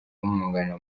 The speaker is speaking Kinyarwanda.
umwunganira